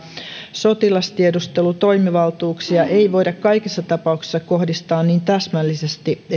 sotilastiedustelutoimivaltuuksia ei voida kaikissa tapauksissa kohdistaa niin täsmällisesti